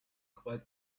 quite